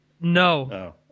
No